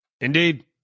Indeed